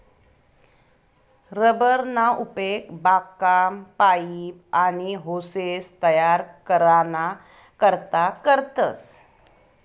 rubber ना उपेग बागकाम, पाइप, आनी होसेस तयार कराना करता करतस